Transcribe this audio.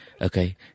Okay